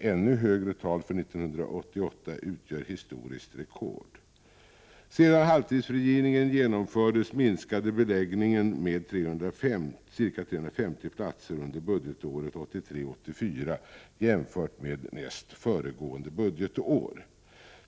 ännu högre tal för 1988 utgör historiskt rekord. Sedan halvtidsfrigivningen genomfördes minskade beläggningen med ca 350 platser under budgetåret 1983/84 jämfört med föregående budgetår.